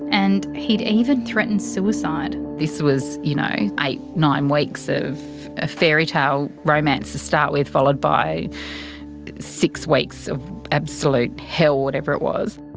and he'd even threaten suicide. this was, you know, eight, nine weeks of, a fairytale romance to start with, followed by six weeks of absolute hell, whatever it was.